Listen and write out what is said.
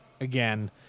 again